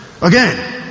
Again